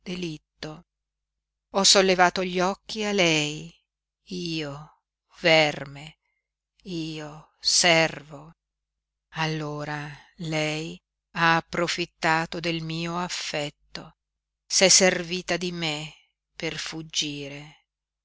delitto ho sollevato gli occhi a lei io verme io servo allora lei ha profittato del mio affetto s'è servita di me per fuggire